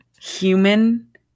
human